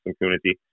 community